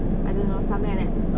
I don't know something like that